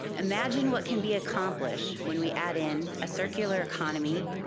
imagine what can be accomplished when we add in a circular economy,